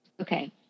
Okay